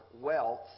wealth